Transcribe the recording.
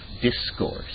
discourse